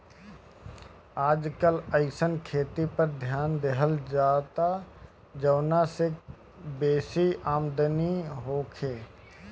आजकल अइसन खेती पर ध्यान देहल जाता जवना से बेसी आमदनी होखे